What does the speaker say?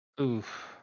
Oof